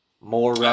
More